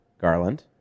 Garland